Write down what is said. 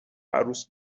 عروس